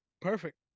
Perfect